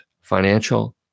financial